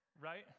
right